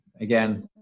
again